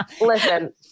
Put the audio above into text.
Listen